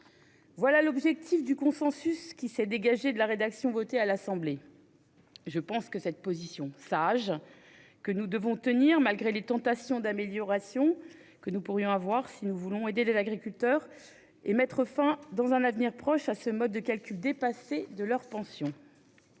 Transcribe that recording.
Voilà l'objet du consensus qui s'est dégagé de la rédaction votée à l'Assemblée nationale. Il s'agit d'une position sage, que nous devons tenir, malgré nos tentations d'améliorer le texte, si nous voulons aider les agriculteurs et mettre fin dans un avenir proche à ce mode de calcul dépassé de leur pension.